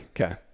Okay